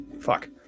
Fuck